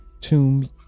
tomb